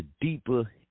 Deeper